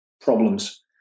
Problems